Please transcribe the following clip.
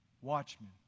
Watchmen